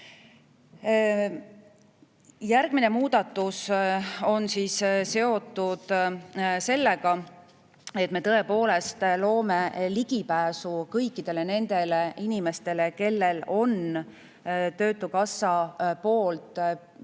Järgmine muudatus on seotud sellega, et me loome ligipääsu kõikidele nendele inimestele, kellel on töötukassa poolt piiratud